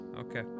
Okay